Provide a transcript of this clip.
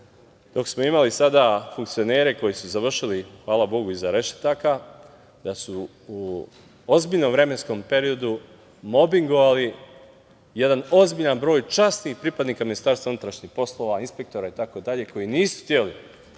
dok smo imali sada funkcionere koji su završili hvala bogu iza rešetaka, da su u ozbiljnom vremenskom periodu mobingovali jedan ozbiljan broj časnih pripadnika Ministarstva unutrašnjih poslova, inspektora, itd. koji nisu hteli